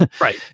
Right